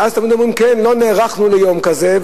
ואז תמיד אומרים: כן, לא נערכנו ליום כזה.